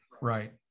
right